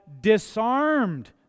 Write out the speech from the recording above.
disarmed